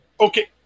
Okay